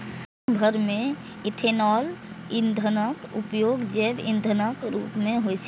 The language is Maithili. दुनिया भरि मे इथेनॉल ईंधनक उपयोग जैव ईंधनक रूप मे होइ छै